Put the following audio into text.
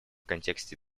контексте